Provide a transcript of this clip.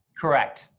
Correct